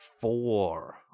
four